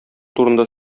турында